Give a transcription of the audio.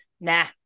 nah